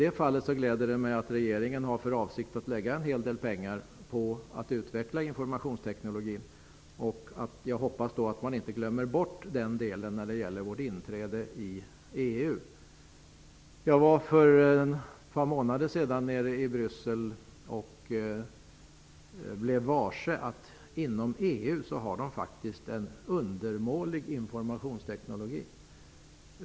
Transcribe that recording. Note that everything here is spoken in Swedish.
Det gläder mig att regeringen har för avsikt att satsa en hel del pengar på att utveckla informationsteknologin. Jag hoppas då att man inte glömmer bort den delen när det gäller vårt inträde i EU. Jag var för ett par månader sedan i Bryssel och blev då varse att EU faktiskt har en undermålig informationsteknologi.